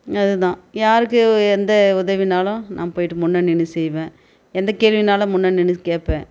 அது தான் யாருக்கு எந்த உதவினாலும் நான் போயிட்டு முன்னாடி நின்று செய்வேன் எந்த கேள்வினாலும் முன்னாடி நின்று கேட்பேன்